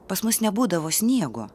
pas mus nebūdavo sniego